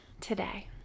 today